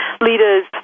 leaders